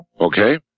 Okay